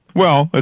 well, ah